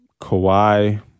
Kawhi